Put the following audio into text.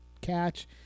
catch